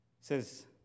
says